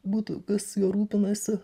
būtų kas juo rūpinasi